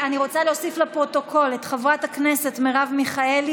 אני רוצה להוסיף לפרוטוקול את חבר הכנסת מרב מיכאלי,